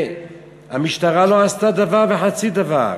והמשטרה לא עשתה דבר וחצי דבר.